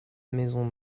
maisons